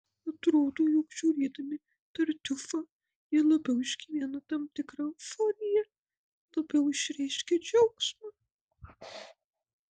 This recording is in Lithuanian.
atrodo jog žiūrėdami tartiufą jie labiau išgyvena tam tikrą euforiją labiau išreiškia džiaugsmą